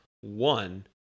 One